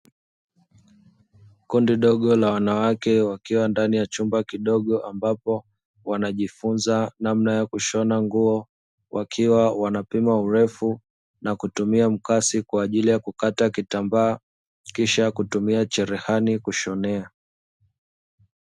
Kundi dogo la wanawake wakiwa ndani ya chumba kidogo; ambapo wanajifunza namna ya kushona nguo, wakiwa wanapima urefu na kutumia mkasi kwaajili ya kukata kitambaa, kisha kutumia cherehani kushonea.